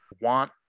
want